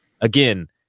again